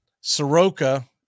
Soroka